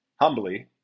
humbly